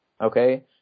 Okay